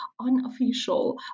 unofficial